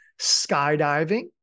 skydiving